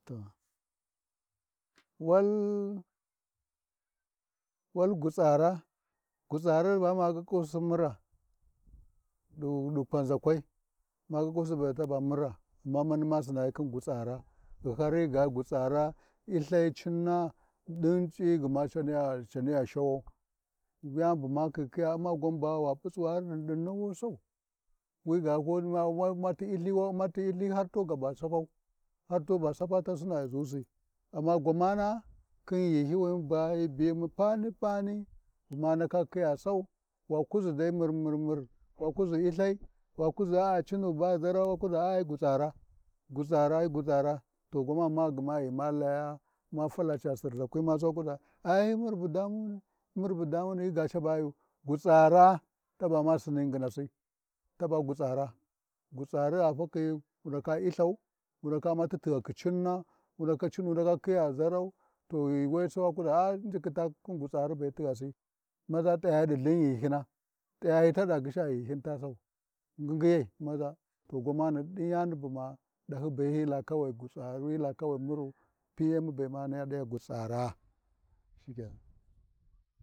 To wal wal gutsara-gutsara ba ma ƙiƙƙusi Si mura, ɗi kwanʒakwai ma kuƙƙusi be ba taba mura, gma mani ma sinayi khin gutsara, to har hyiga gutsara, hyiLthahyi ciura khin ci’yi gma ci niya shawau yani bu ma khi khiya U’mma ba wa p’u tsuwari ɗinɗini wa khiya sau wiga ko wa umma ti illha wu Umma ti Lthaai har tu gaba sapau, har tuna saputu sina ghi dusi amma gwamana khi ghinhyiwi ba hyi biyimu pani-pani bu ma ndaka khiya sau, wakuʒi dai mur-mur-mur wa kuʒi lLthai, wa kuʒa a cinu ba ʒarau, wa kuʒa a hyi gutsara gutsara, gutsara, to gwamani ga gma ghi ma laya ma fala gma ca sirzakwai wa sai wa kiʒa ai mura bu damuni murabudamuni hyiga cabayu, gutsara taba ma sini ngyina si, taba gutsara, gutsari a fakhi wundaka iLthau, wu ndaka Umma ti tighakhi cinna cinau ndaka khiya ʒarau, ghi we sai wa kuʒa ai injiti ta khin gutsari tighasi maʒa tayayi ɗi lthin ghihyina, t’ayayi taɗa gysha ghinhyin ta sau, ngingi yai to maʒa ɗin yani bu ma ɗahyi be, hyi ba La gutsaru, hyila kawai muru, piyema gma ma khiya ɗa gutsara shikenan.